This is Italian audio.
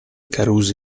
carusi